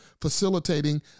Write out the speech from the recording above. facilitating